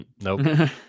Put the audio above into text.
Nope